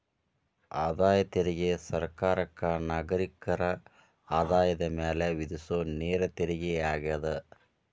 ಆದಾಯ ತೆರಿಗೆ ಸರ್ಕಾರಕ್ಕ ನಾಗರಿಕರ ಆದಾಯದ ಮ್ಯಾಲೆ ವಿಧಿಸೊ ನೇರ ತೆರಿಗೆಯಾಗ್ಯದ